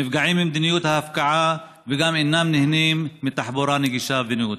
נפגעים ממדיניות ההפקעה וגם אינם נהנים מתחבורה נגישה ונאותה.